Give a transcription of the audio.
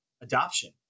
adoption